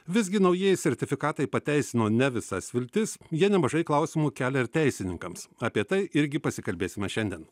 visgi naujieji sertifikatai pateisino ne visas viltis jie nemažai klausimų kelia ir teisininkams apie tai irgi pasikalbėsime šiandien